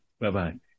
Bye-bye